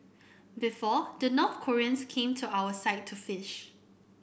before the North Koreans came to our side to fish